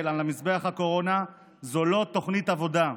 על מזבח הקורונה זו לא תוכנית עבודה.